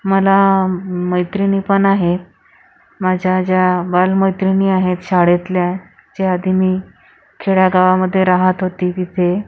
मला मैत्रिणी पण आहे माझ्या ज्या बालमैत्रिणी आहेत शाळेतल्या ज्या आधी मी खेड्यागावामध्ये राहत होती तिथे